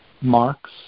marks